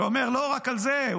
ואומר: לא רק על זה,